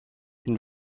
une